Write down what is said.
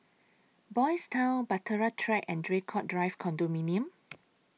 Boys' Town Bahtera Track and Draycott Drive Condominium